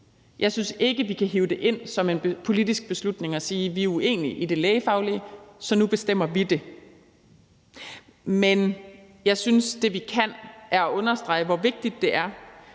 jeg synes ikke, vi kan hive det ind som en politisk beslutning og sige, at vi er uenige i det lægefaglige, og at vi så nu bestemmer det. Men det, vi kan gøre, er, at vi kan understrege, hvor vigtigt det er,